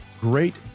great